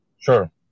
Sure